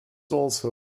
also